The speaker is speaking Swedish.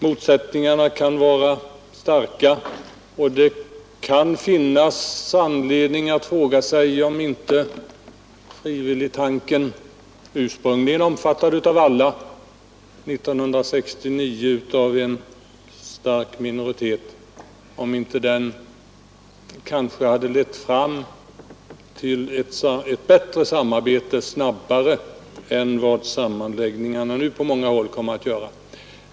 Motsättningarna kan vara starka, och det kan finnas anledning att fråga sig om inte frivilligtanken, ursprungligen omfattad av alla och 1969 av en stark minoritet, kanske hade lett fram till ett bättre samarbete snabbare än vad nu blir fallet.